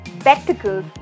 Spectacles